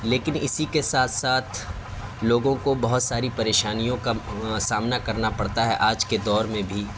لیکن اسی کے ساتھ ساتھ لوگوں کو بہت ساری پریشانیوں کا سامنا کرنا پڑتا ہے آج کے دور میں بھی